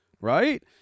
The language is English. Right